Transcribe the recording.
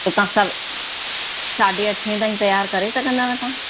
त तव्हां सव साढे अठे ताईं तयार करे सघंदा तव्हां